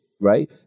right